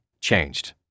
changed